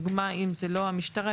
למשל,